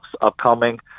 upcoming